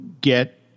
get